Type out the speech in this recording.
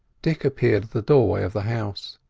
dick appeared at the doorway of the house.